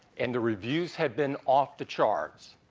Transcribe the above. and the reviews have been off the charts.